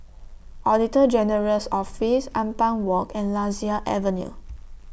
Auditor General's Office Ampang Walk and Lasia Avenue